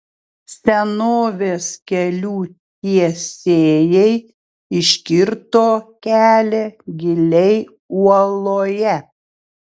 senovės kelių tiesėjai iškirto kelią giliai uoloje